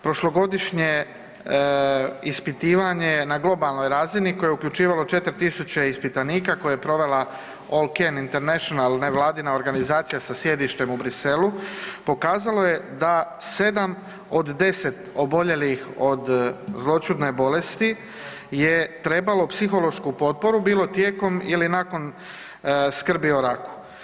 Prošlogodišnje ispitivanje na globalnoj razini koje je uključivalo 4000 ispitanika koje je provele … internacional nevladina organizacija sa sjedištem u Bruxellesu pokazalo je da 7 od 10 oboljelih od zloćudne bolesti je trebalo psihološku potporu bilo tijekom, bilo nakon skrbi o raku.